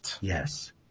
Yes